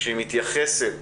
כשהיא מתייחסת